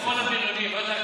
תקפת אותי כאחרון הבריונים.